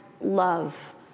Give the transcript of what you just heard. love